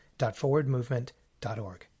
forwardmovement.org